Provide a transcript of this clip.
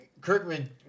Kirkman